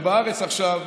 ובארץ עכשיו,